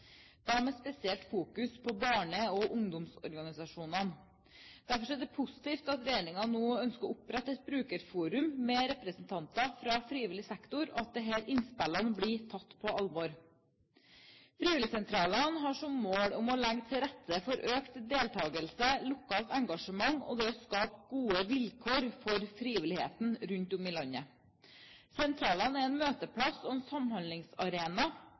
da med spesielt fokus på barne- og ungdomsorganisasjonene. Derfor er det positivt at regjeringen nå ønsker å opprette et brukerforum, med representanter fra frivillig sektor, og at disse innspillene blir tatt på alvor. Frivillighetssentralene har som mål å legge til rette for økt deltakelse, lokalt engasjement og å skape gode vilkår for frivilligheten rundt om i landet. Sentralene er en møteplass og en samhandlingsarena